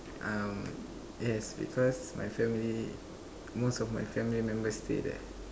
um yes because my family most of my family members stay there